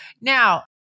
Now